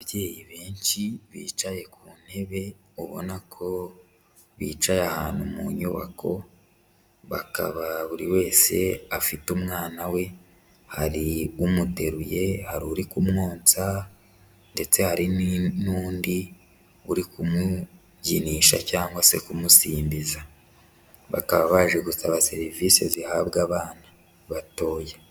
Ababyeyi benshi bicaye ku ntebe ubona ko bicaye ahantu mu nyubako, bakaba buri wese afite umwana we, hari umuteruye, hari uri kumwonsa, ndetse hari n'undi uri kumubyinisha cyangwa se kumusimbiza. Bakaba baje gusaba serivise zihabwa abana batoya.